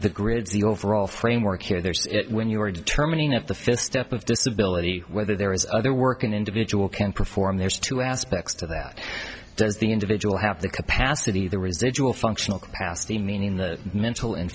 the grids the overall framework here there is it when you are determining if the fist step of disability whether there is other work an individual can perform there's two aspects to that there's the individual have the capacity the residual functional capacity meaning the mental and